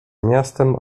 miastem